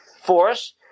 force